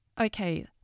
Okay